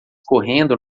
correndo